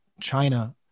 China